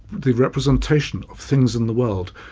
the representation of things in the world,